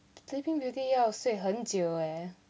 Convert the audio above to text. sleeping beauty 要睡很久哦